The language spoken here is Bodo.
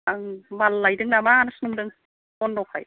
आं माल लायदों नामासो सानदोंं बन्द'खाय